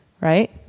right